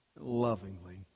lovingly